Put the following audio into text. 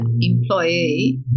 employee